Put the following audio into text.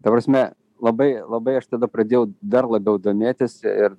ta prasme labai labai aš tada pradėjau dar labiau domėtis ir